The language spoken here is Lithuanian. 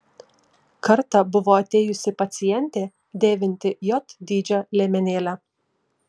kartą buvo atėjusi pacientė dėvinti j dydžio liemenėlę